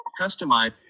Customize